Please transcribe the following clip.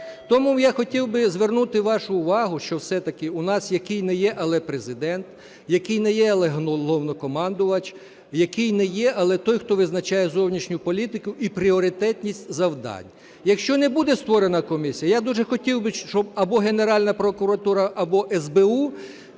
Тому я хотів би звернути вашу увагу, що все-таки у нас який не є, але Президент, який не є, але Головнокомандувач, який не є, але той, хто визначає зовнішню політику і пріоритетність завдань. Якщо не буде створена комісія, я дуже хотів би, щоб або Генеральна прокуратура, або СБУ